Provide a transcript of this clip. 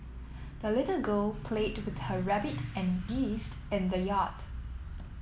the little girl played with her rabbit and geese in the yard